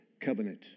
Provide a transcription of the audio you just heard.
covenant